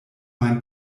mein